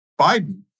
Biden